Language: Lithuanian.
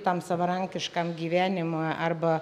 tam savarankiškam gyvenimui arba